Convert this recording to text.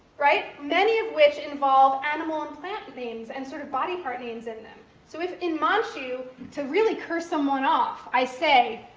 right? many of which involve animal and plant names and sort of body part names in them. so in manchu, to really curse someone off, i say,